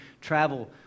travel